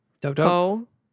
Dope-dope